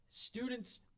students